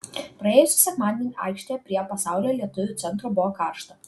praėjusį sekmadienį aikštėje prie pasaulio lietuvių centro buvo karšta